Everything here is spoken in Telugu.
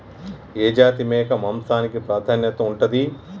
ఏ జాతి మేక మాంసానికి ప్రాధాన్యత ఉంటది?